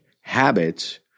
habits